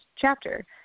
chapter